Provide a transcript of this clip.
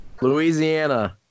Louisiana